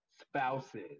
spouses